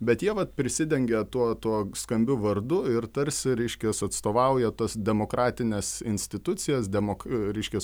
bet jie va prisidengia tuo tuo skambiu vardu ir tarsi reiškias atstovauja tas demokratines institucijas demok reiškias